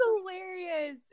hilarious